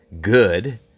good